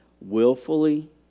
willfully